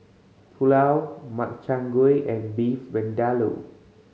Pulao Makchang Gui and Beef Vindaloo